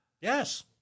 Yes